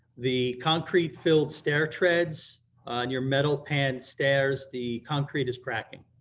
the concrete filled stair treads and your metal pan stairs the concrete is cracking.